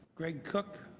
greg cook.